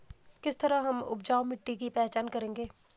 किस तरह हम उपजाऊ मिट्टी की पहचान करेंगे?